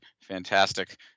fantastic